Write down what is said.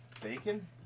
Bacon